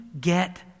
get